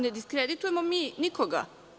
Ne diskreditujemo mi nikoga.